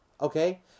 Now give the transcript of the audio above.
Okay